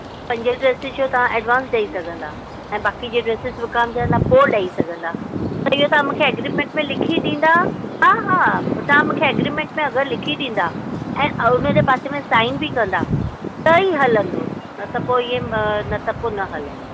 पंज प्रतिशत तां एड्वांस ॾेई सघंदा ऐं बाक़ी जे ड्रेसिस विकामजंदा पोइ ॾेई सघंदा त इहो तव्हां मूंखे अग्रीमेंट में लिखी ॾींदा हा हा तव्हां मूंखे अग्रीमेंट में अगरि लिखी ॾींदा ऐं उनजे पासे में साइन बि कंदा त ई हलंदो न त पोइ ई न त पोइ न हलंदो